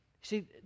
See